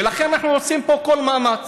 ולכן אנחנו עושים פה כל מאמץ.